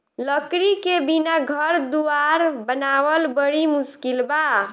लकड़ी के बिना घर दुवार बनावल बड़ी मुस्किल बा